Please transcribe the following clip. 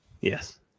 Yes